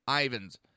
Ivan's